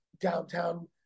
downtown